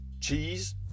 cheese